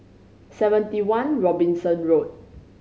Seventy One Robinson Road